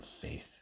faith